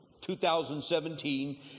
2017